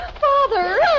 Father